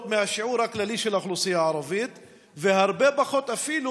משיעור האוכלוסייה הערבית באוכלוסייה הכללית והרבה פחות אפילו